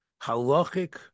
halachic